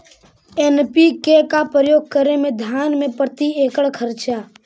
NPK का प्रयोग करे मे धान मे प्रती एकड़ खर्चा?